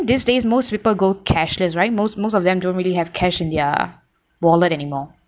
these days most people go cashless right most most of them don't really have cash in their wallet anymore